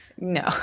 No